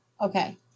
Okay